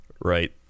Right